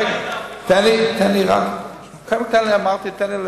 היתה הפוכה, תן לי, תן לי, אדוני, רגע, תן לי.